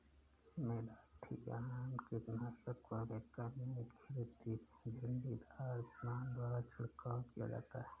malathion कीटनाशक को America में घिरनीदार विमान द्वारा छिड़काव किया जाता है